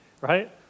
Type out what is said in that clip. right